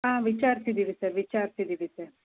ಹಾಂ ವಿಚಾರ್ಸಿದ್ದೀವಿ ಸರ್ ವಿಚಾರ್ಸಿದ್ದೀವಿ ಸರ್